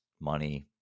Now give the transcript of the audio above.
money